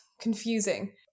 confusing